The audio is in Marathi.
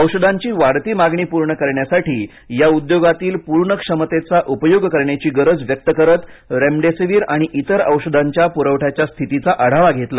औषधांची वाढती मागणी पूर्ण करण्यासाठी या उद्योगातील पूर्ण क्षमतेचा उपयोगकरण्याची गरज व्यक्त करत रेमडेसीव्हीर आणि इतर औषधांच्या प्रवठ्याच्या स्थितीचा आढावा घेतला